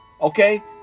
Okay